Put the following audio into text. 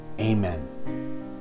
amen